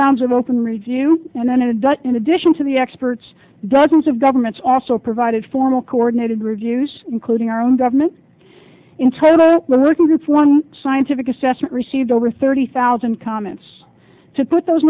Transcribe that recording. rounds of open review and then it does in addition to the experts dozens of governments also provided formal coordinated reviews including our own government in total the working group one scientific assessment received over thirty thousand comments to put those